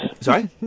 Sorry